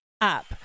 Up